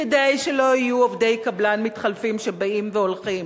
כדי שלא יהיו עובדי קבלן מתחלפים שבאים והולכים,